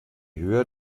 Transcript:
höher